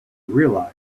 realized